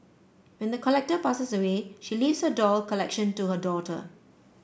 when the collector passes away she leaves her doll collection to her daughter